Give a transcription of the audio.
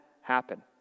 happen